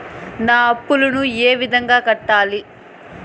నా అప్పులను ఏ విధంగా కట్టాలి?